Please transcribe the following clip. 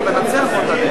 רבותי חברי הכנסת,